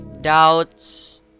doubts